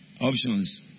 options